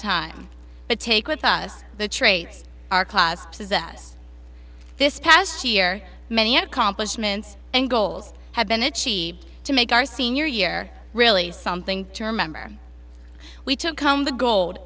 time but take with us the traits our clasps is that this past year many accomplishments and goals have been achieved to make our senior year really something term member we took home the gold